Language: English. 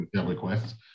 Requests